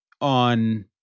on